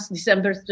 December